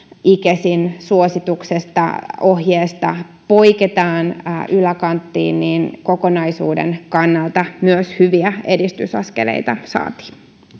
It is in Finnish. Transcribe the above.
icesin suosituksesta ohjeesta poiketaan yläkanttiin kokonaisuuden kannalta myös hyviä edistysaskeleita saatiin